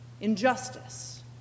Injustice